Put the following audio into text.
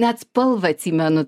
net spalvą atsimenu